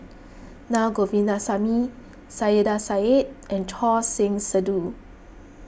Na Govindasamy Saiedah Said and Choor Singh Sidhu